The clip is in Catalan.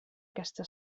aquesta